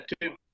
two